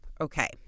Okay